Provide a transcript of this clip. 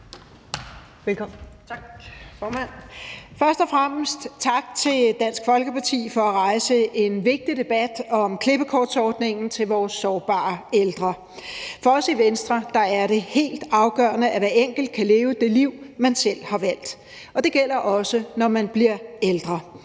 Først og fremmest tak til Dansk Folkeparti for at rejse en vigtig debat om klippekortordningen til vores sårbare ældre. For os i Venstre er det helt afgørende, at hver enkelt kan leve det liv, man selv har valgt, og det gælder også, når man bliver ældre.